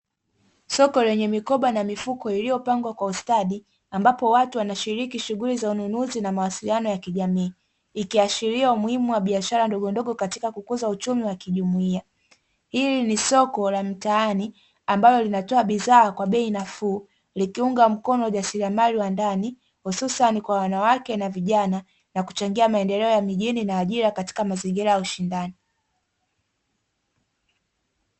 Soko lenye mikoba na mifuko iliyopangwa kwa ustadi, ambapo watu wanashiriki shughuli za ununuzi na mawasiliano ya kijamii ikiashiria umuhimu wa biashara ndogondogo katika kukuza uchumi wa kijumuia. Hili ni soko la mtaani ambalo linatoa bidhaa kwa bei nafuu likiunga mkono wajasiriamali wa ndani hususani kwa wanawake na vijana, na kuchangia maendeleo ya mijini na mazingira ya ushindani.